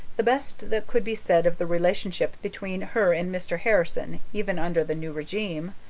the best that could be said of the relationship between her and mr. harrison even under the new regime,